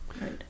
right